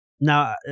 Now